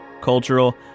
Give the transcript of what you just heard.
Cultural